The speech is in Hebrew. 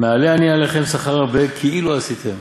אתם,"מעלה אני עליכם שכר הרבה כאילו עשיתם".